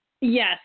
Yes